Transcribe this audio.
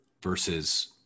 versus